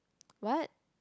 what